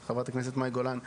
ואת חברת הכנסת מאי גולן,